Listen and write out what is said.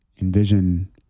Envision